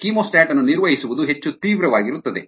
chemostat ಅನ್ನು ನಿರ್ವಹಿಸುವುದು ಹೆಚ್ಚು ತೀವ್ರವಾಗಿರುತ್ತದೆ